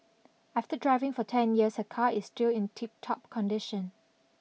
after driving for ten years her car is still in tiptop condition